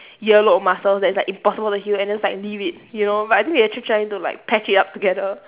earlobe muscles that it's like impossible to heal and just like leave it you know but I think they actually trying to like patch it up together